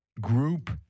group